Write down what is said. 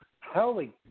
Holy